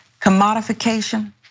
commodification